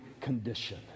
condition